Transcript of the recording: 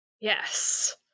yes